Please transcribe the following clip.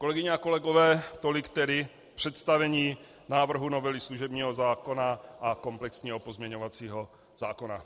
Kolegyně a kolegové, tolik tedy představení návrhu novely služebního zákona a komplexního pozměňovacího zákona.